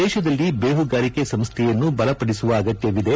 ದೇಶದಲ್ಲಿ ಬೇಹುಗಾರಿಕೆ ಸಂಶೈಯನ್ನು ಬಲಪಡಿಸುವ ಅಗತ್ಯವಿದೆ